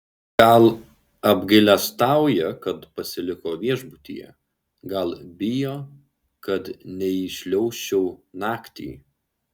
gal apgailestauja kad pasiliko viešbutyje gal bijo kad neįšliaužčiau naktį